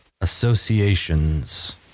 associations